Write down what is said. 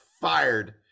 fired